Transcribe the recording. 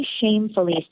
shamefully